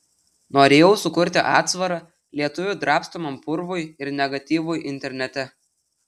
norėjau sukurti atsvarą lietuvių drabstomam purvui ir negatyvui internete